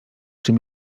czym